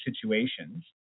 situations